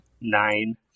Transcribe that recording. Nine